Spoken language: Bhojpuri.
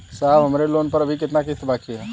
साहब हमरे लोन पर अभी कितना किस्त बाकी ह?